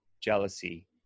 jealousy